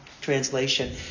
translation